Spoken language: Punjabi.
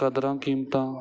ਕਦਰਾਂ ਕੀਮਤਾਂ